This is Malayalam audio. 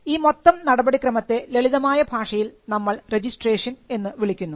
ഈ മൊത്തം നടപടിക്രമത്തെ ലളിതമായ ഭാഷയിൽ നമ്മൾ രജിസ്ട്രേഷൻ എന്ന് വിളിക്കുന്നു